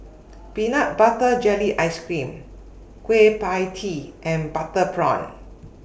Peanut Butter Jelly Ice Cream Kueh PIE Tee and Butter Prawn